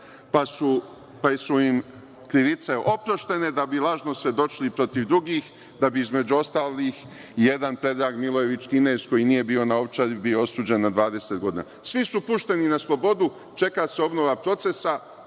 pa su im krivice oproštene da bi lažno svedočili protiv drugih, da bi, između ostalih i jedan Predrag Milojević Kinez, koji nije bio na Ovčari, bio osuđen na 20 godina. Svi su pušteni na slobodu. Čeka se obnova procesa.